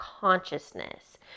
consciousness